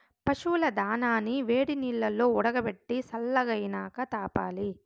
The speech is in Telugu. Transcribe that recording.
పశువుల దానాని వేడినీల్లో ఉడకబెట్టి సల్లగైనాక తాపాలి